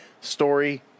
story